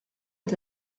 est